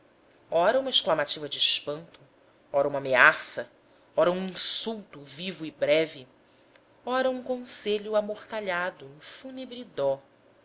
ora uma exclamativa de espanto ora uma ameaça ora um insulto vivo e breve ora um conselho amortalhado em fúnebre dó às